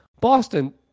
Boston